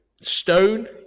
Stone